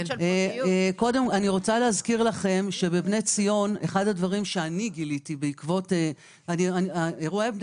אחד הדברים שאני גיליתי בבני ציון בעקבות האירוע,